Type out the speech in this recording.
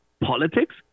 Politics